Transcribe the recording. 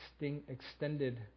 extended